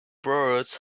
birds